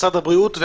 משרד הבריאות יודע,